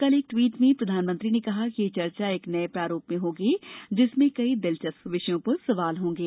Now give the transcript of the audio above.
कल एक ट्वीट में प्रधानमंत्री ने कहा कि यह चर्चा एक नए प्रारूप में होगी जिसमें कई दिलचस्प विषयों पर सवाल होंगे